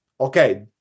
Okay